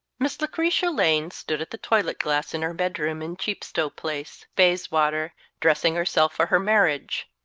miss lucretia lane stood at the toilet-glass in her bedroom in chepstow place, bayswater, dressing herself for her marriage.